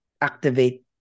activate